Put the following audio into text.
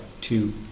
two